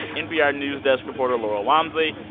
npr news desk reporter, laurel wamsley.